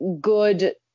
good